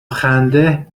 خنده